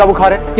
um caught it